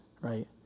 right